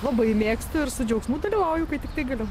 labai mėgstu ir su džiaugsmu dalyvauju kai tiktai galiu